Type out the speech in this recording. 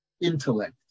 intellect